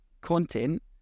content